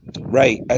Right